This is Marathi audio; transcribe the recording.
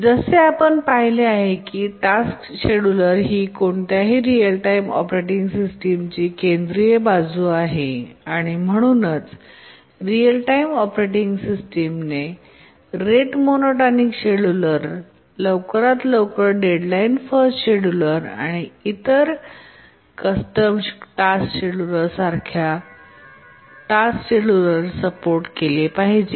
जसे आपण पाहिले आहे की टास्क शेड्यूलर ही कोणत्याही रीअल टाइम ऑपरेटिंग सिस्टमची केंद्रीय बाजू आहे आणि म्हणूनच रिअल टाइम ऑपरेटिंग सिस्टमने रेट मोनोटोनिक शेड्यूलर लवकरात लवकर डेडलाइन फर्स्ट शेड्यूलर आणि इतर कस्टम टास्क शेड्यूलर्स सारख्या टास्क शेड्युलर्सचे सपोर्ट केले पाहिजे